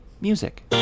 Music